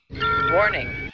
warning